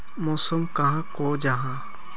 मौसम कहाक को जाहा?